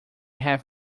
have